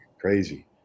crazy